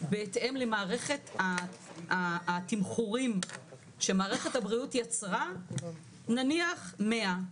נעה פרסטר, סמנכ"ל כלכלה של שיבא, בבקשה.